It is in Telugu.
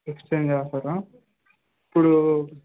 ఎక్స్ఛేంజ్ ఆఫరా ఇప్పుడూ